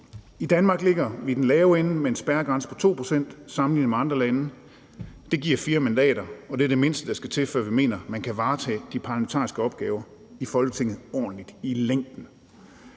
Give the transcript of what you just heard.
andre lande i den lave ende med en spærregrænse på 2 pct. Det giver fire mandater, og det er det mindste, der skal til, før vi mener, at man kan varetage de parlamentariske opgaver i Folketinget ordentligt i længden.